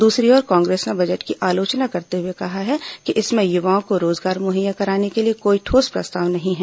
दूसरी ओर कांग्रेस ने बजट की आलोचना करते हुए कहा है कि इसमें युवाओं को रोजगार मुहैया कराने के लिए कोई ठोस प्रस्ताव नहीं है